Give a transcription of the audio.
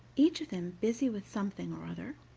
each of them busy with something or other,